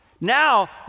Now